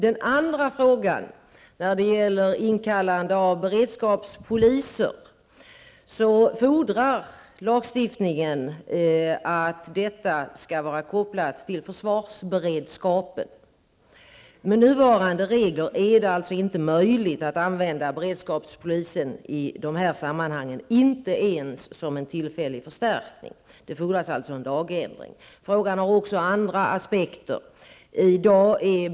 När det gäller den andra frågan om inkallande av beredskapspoliser, fordrar lagstiftningen att detta skall vara kopplat till försvarsberedskapen. Det är alltså inte möjligt att med nuvarande regler använda beredskapspoliser i det här sammanhanget, inte ens som en tillfällig förstärkning. För detta fordras det en lagändring. Frågan har också andra aspekter.